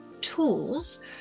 tools